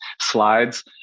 slides